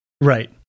Right